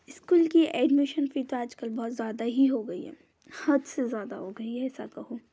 school की admission fee तो आजकल बहुत ज़्यादा ही हो गई है हद से ज़्यादा से हो गई है ऐसा कहूँ